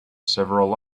several